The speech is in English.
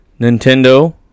Nintendo